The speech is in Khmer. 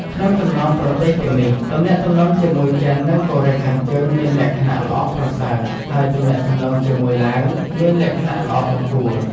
ក្នុងចំណោមប្រទេសទាំងនេះ ទំនាក់ទំនងជាមួយចិននិងកូរ៉េខាងជើងមានលក្ខណៈល្អប្រសើរ ហើយ ទំនាក់ទំនងជាមួយឡាវមានលក្ខណៈល្អបង្គួរ ។